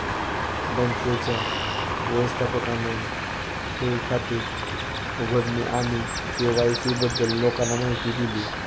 बँकेच्या व्यवस्थापकाने ठेव खाते उघडणे आणि के.वाय.सी बद्दल लोकांना माहिती दिली